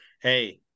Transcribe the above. hey